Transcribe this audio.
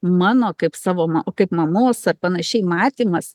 mano kaip savo ma kaip mamos ar panašiai matymas